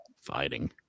fighting